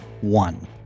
one